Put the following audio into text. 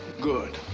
good.